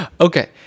Okay